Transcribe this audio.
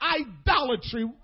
idolatry